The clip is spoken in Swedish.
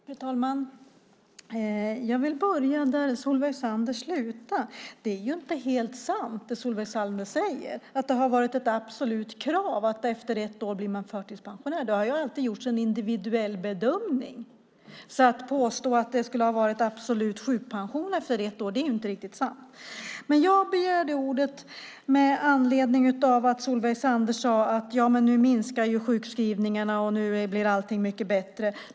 Fru talman! Jag vill börja där Solveig Zander slutade. Det är inte helt sant det Solveig Zander säger att det har varit ett absolut krav att man efter ett år blir förtidspensionär. Det har alltid gjorts en individuell bedömning. Att påstå att det absolut skulle vara sjukpension efter ett år är inte riktigt sant. Jag begärde ordet med anledning av det Solveig Zander sade om att nu minskar sjukskrivningarna och att allting blir mycket bättre.